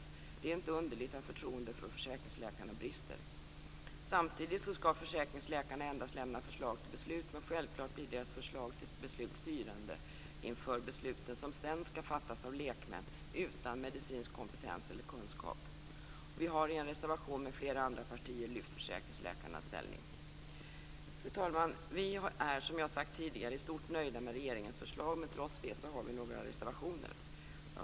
Det är inte underligt att förtroendet för försäkringsläkarna brister. Samtidigt skall försäkringsläkarna endast lämna förslag till beslut, men självklart blir deras förslag till beslut styrande inför besluten som sedan skall fattas av lekmän utan medicinsk kompetens eller kunskap. Vi har i en reservation med flera andra partier lyft fram försäkringsläkarnas ställning. Fru talman! Vi är, som jag sagt tidigare, i stort nöjda med regeringens förslag, men vi har trots det några reservationer.